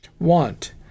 want